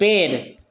पेड़